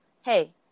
hey